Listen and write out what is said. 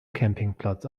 campingplatz